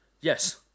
Yes